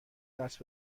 دست